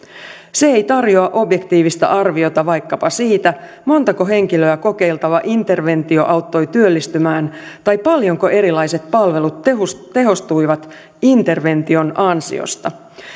se ei tarjoa objektiivista arviota vaikkapa siitä montako henkilöä kokeiltava interventio auttoi työllistymään tai paljonko erilaiset palvelut tehostuivat tehostuivat intervention ansiosta